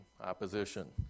opposition